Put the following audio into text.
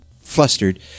flustered